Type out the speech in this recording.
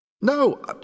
No